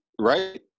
Right